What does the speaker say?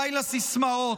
די לסיסמאות.